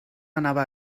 anava